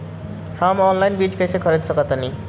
हम ऑनलाइन बीज कईसे खरीद सकतानी?